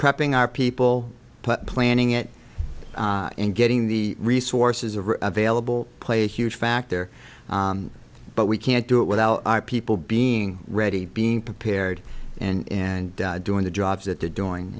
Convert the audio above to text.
prepping our people planning it and getting the resources are available play a huge factor but we can't do it without our people being ready being prepared and and doing the job that they're doing